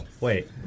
wait